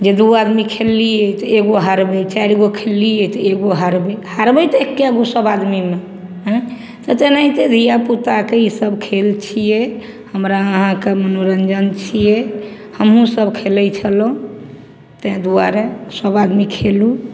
जे दू आदमी खेललियै तऽ एगो हारबय चारिगो खेललियै तऽ एगो हारबय हारबय तऽ एकेगो सभ आदमीमे अइ तऽ तेनाहिते धिपापुताके ई सभ खेल छियै हमरा अहाँके मनोरञ्जन छियै हमहुँ सभ खेलय छलहुँ तै दुआरे सभ आदमी खेलू